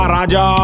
Raja